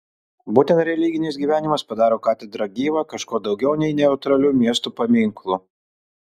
būtent religinis gyvenimas padaro katedrą gyva kažkuo daugiau nei neutraliu miesto paminklu